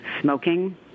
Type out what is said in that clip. smoking